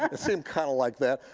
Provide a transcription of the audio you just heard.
ah seemed kind of like that.